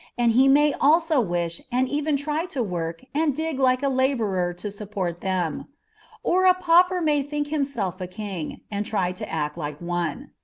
and he may also wish and even try to work and dig like a laborer to support them or a pauper may think himself a king, and try to act like one.